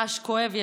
רעש כואב,